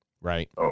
Right